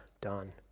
done